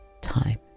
time